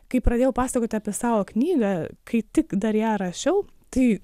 kai pradėjau pasakoti apie savo knygą kai tik dar ją rašiau tai